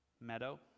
Meadow